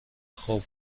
خوب